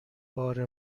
بار